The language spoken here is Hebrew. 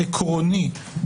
עקרוני,